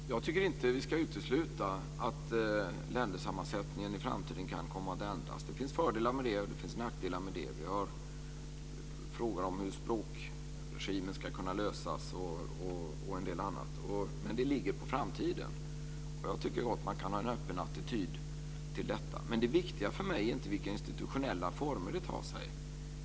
Fru talman! Jag tycker inte att vi ska utesluta att ländersammansättningen i framtiden kan komma att ändras. Det finns fördelar med det, och det finns nackdelar med det. Vi har frågor om hur språkregimen ska kunna lösas och en del annat, men det ligger på framtiden. Jag tycker gott att man kan ha en öppen attityd till detta. Men det viktiga för mig är inte vilka institutionella former det tar sig.